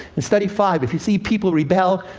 in study five, if you see people rebel,